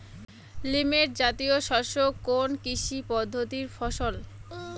Millet জাতীয় শস্য কোন কৃষি পদ্ধতির ফসল?